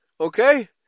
Okay